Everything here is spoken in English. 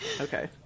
Okay